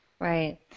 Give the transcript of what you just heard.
Right